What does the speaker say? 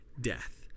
death